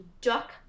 duck